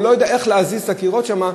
הוא לא יודע איך להזיז את הקירות שם,